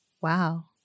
Wow